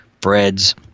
breads